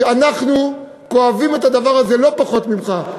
ואני אומר לך שאנחנו כואבים את הדבר הזה לא פחות ממך,